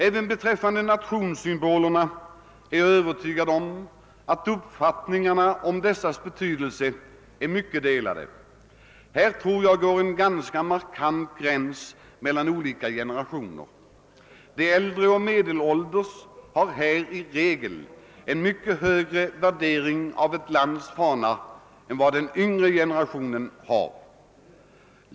Även beträffande nationssymbolerna är jag övertygad om att uppfattningarna skiljer sig åtskilligt. Det går härvidlag en ganska markant gräns mellan olika generationer. De äldre och även de medelålders har i regel en mycket högre värdering av landets fana än vad den yngre generationen har.